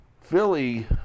Philly